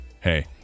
hey